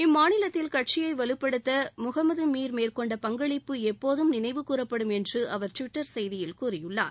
இம்மாநிலத்தில் கட்சியை வலுப்படுத்த முகமது மீர் மேற்கொண்ட பங்களிப்பு எப்போதும் நினைவு கூரப்படும் என்று அவர் டுவிட்டர் செய்தியில் கூறியுள்ளார்